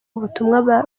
ubutumwa